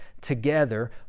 together